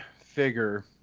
figure